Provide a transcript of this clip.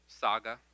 saga